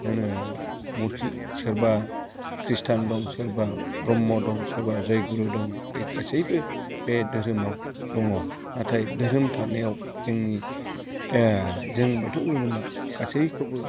मा होनो सोरबा क्रिस्टियान दं सोरबा ब्रह्म दं सोरबा जय गुरु दं बे गासैबो बे धोरोमाव दङ नाथाय धोरोम थानायाव जोंनि जों बाथौ धोरोमा गासैखौबो